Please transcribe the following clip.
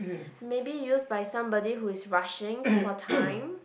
maybe used by somebody who is rushing for time